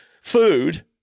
food